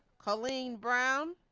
kind of plain brown